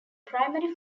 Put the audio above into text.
primary